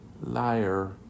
liar